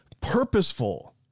purposeful